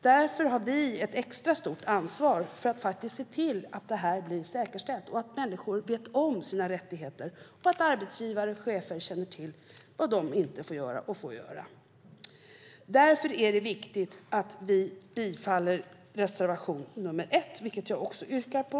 Därför har vi ett extra stort ansvar för att faktiskt se till att det blir säkerställt att människor känner till sina rättigheter och att arbetsgivare och chefer känner till vad de får och inte får göra. Därför är det viktigt att riksdagen bifaller reservation 1, vilken jag yrkar bifall till.